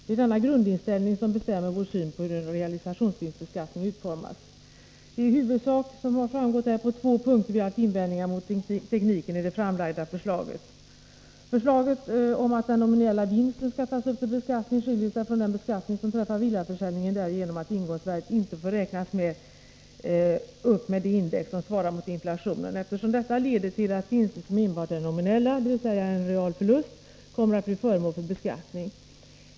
Det är denna grundinställning som bestämmer vår syn på hur en realisationsvinstbeskattning utformas. Det är i huvudsak på två punkter vi haft invändningar mot tekniken i det framlagda förslaget. sig från den beskattning som träffar villaförsäljningen därigenom att ingångsvärdet icke får räknas upp med det index som svarar mot inflationen eftersom detta leder till att vinster som enbart är nominella — dvs. en realförlust — kommer att bli föremål för beskattning.